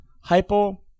Hypo